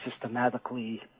systematically